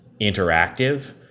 interactive